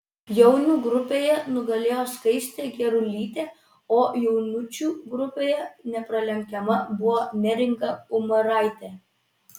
jaunių grupėje nugalėjo skaistė gerulytė o jaunučių grupėje nepralenkiama buvo neringa umaraitė